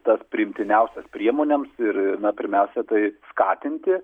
tas priimtiniausias priemonėms ir na pirmiausia tai skatinti